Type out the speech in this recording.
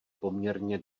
poměrně